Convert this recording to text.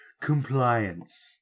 compliance